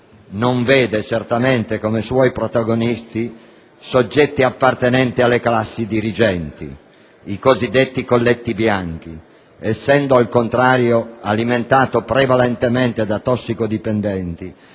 non vede certamente come suoi protagonisti soggetti appartenenti alle classi dirigenti (i cosiddetti colletti bianchi), essendo al contrario alimentato prevalentemente da tossicodipendenti,